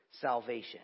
salvation